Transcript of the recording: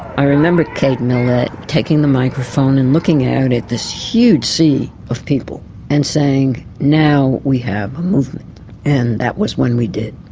i remember kate millett taking the microphone and looking out at this huge sea of people and saying, now we have a movement. and that was when we did,